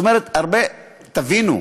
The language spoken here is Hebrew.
תבינו,